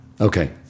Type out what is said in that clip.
Okay